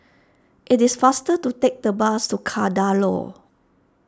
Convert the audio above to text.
it is faster to take the bus to Kadaloor